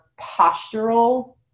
postural